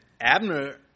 Abner